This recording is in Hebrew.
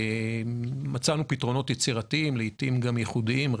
מצאנו פתרונות יצירתיים ולעיתים גם ייחודיים,